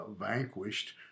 vanquished